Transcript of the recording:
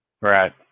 Right